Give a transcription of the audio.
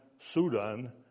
Sudan